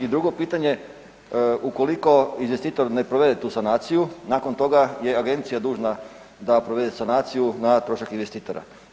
I drugo pitanje, ukoliko investitor ne provede tu sanaciju, nakon toga je Agencija dužna da provede sanaciju na trošak investitora.